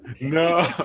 no